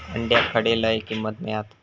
अंड्याक खडे लय किंमत मिळात?